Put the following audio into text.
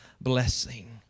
blessing